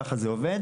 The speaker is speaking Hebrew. ככה זה עובד.